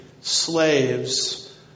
slaves